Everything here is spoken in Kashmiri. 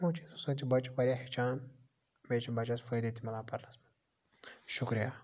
یِمو چیٖزو سۭتۍ چھِ بَچہٕ واریاہ ہیٚچھان بیٚیہِ چھِ بَچَس فٲیدٕ تہِ مِلان پَرنَس منٛز شُکریہ